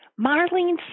Marlene